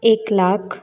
एक लाख